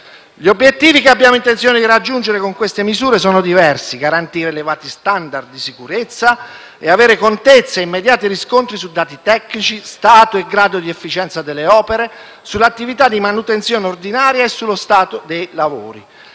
Gli obiettivi che abbiamo intenzione di raggiungere con queste misure sono diversi: garantire elevati standard di sicurezza e avere contezza e immediati riscontri su dati tecnici, stato e grado di efficienza delle opere, sull’attività di manutenzione ordinaria e sullo stato dei lavori.